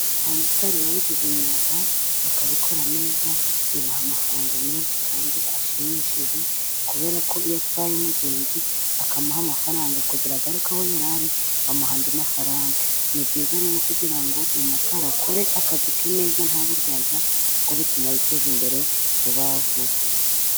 Abamotari babigize umwuga, bakabikora neza, bibaha amafaranga menshi kandi ashimishije , kuberako iyo atwaye umugenzi akamuha amafaranga kugira ngo agaruke aho yari ari amuha andi mafaranga. Ni byiza rero kugira ngo umumotarari akore akazi ke neza nta buryarya, kuko bituma yiteza imbere vuba vuba.